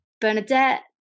Bernadette